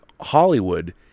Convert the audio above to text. Hollywood